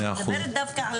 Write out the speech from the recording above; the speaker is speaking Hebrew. אני מסכים איתך.